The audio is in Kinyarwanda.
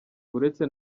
uretse